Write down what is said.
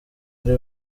ari